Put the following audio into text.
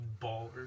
baller